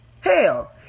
Hell